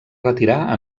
retirar